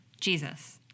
Jesus